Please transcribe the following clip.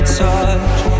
touch